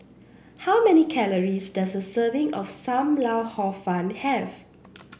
how many calories does a serving of Sam Lau Hor Fun have